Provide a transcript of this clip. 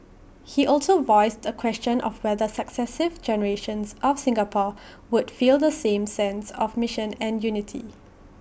he also voiced the question of whether successive generations of Singapore would feel the same sense of mission and unity